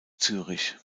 zürich